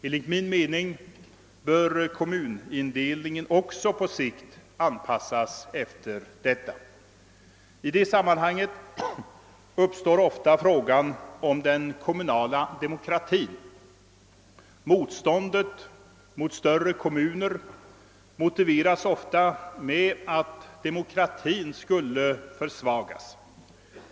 Enligt min mening bör kommunindelningen också på sikt anpassas efter detta. I det sammanhanget uppstår ofta frågan om den kommunala demokratin. Motståndet mot större kommuner motiveras ibland med att demokratin skulle försvagas.